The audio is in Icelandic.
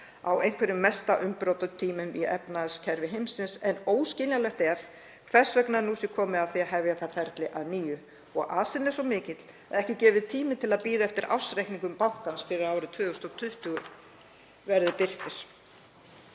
á einhverjum mestu umbrotatímum í efnahagskerfi heimsins. Óskiljanlegt er hvers vegna nú sé komið að því að hefja það ferli að nýju og asinn er svo mikill að ekki er gefinn tími til að bíða eftir að ársreikningur bankans fyrir árið 2020 verði birtur.